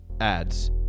ads